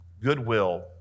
goodwill